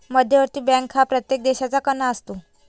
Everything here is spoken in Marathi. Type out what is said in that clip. मध्यवर्ती बँक हा प्रत्येक देशाचा कणा असतो